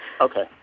Okay